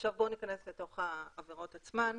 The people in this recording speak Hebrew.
עכשיו בואו ניכנס לתוך העבירות עצמן.